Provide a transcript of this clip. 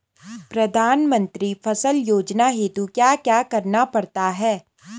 प्रधानमंत्री फसल योजना हेतु क्या क्या करना पड़ता है?